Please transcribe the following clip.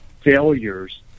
failures